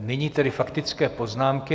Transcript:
Nyní tedy faktické poznámky.